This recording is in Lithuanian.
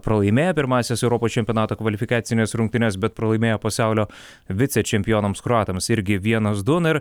pralaimėjo pirmąsias europos čempionato kvalifikacines rungtynes bet pralaimėjo pasaulio vicečempionams kroatams irgi vienas du na ir